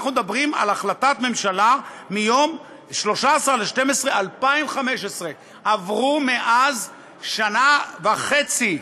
אנחנו מדברים על החלטת ממשלה מיום 13 בדצמבר 2015. עברו מאז שנה וחצי,